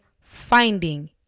finding